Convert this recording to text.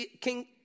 King